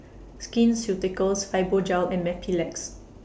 Skin Ceuticals Fibogel and Mepilex